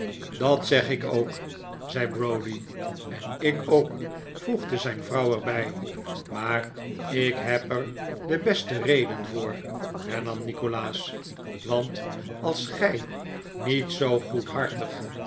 dat zeg ik ook zei browdie en ik ook voegde zijn vrouw er bij maar ik heb er de beste reden voor hernam nikolaas want als gij niet zoo